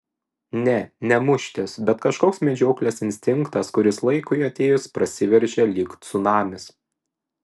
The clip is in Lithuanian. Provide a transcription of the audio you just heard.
ne ne muštis bet kažkoks medžioklės instinktas kuris laikui atėjus prasiveržia lyg cunamis